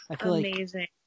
amazing